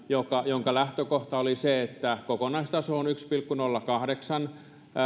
jonka lähtökohta oli se että kokonaistaso on yksi pilkku nolla kahdeksan